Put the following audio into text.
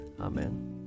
Amen